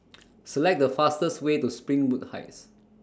Select The fastest Way to Springwood Heights